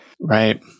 Right